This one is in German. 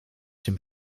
dem